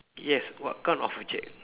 yes what kind of object